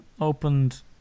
opened